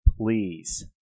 please